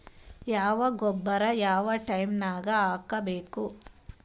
ಯಾವ ಗೊಬ್ಬರ ಯಾವ ಟೈಮ್ ನಾಗ ಹಾಕಬೇಕು?